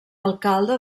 alcalde